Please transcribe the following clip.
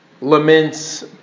laments